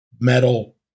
metal